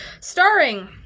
Starring